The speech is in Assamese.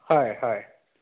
হয় হয়